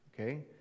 Okay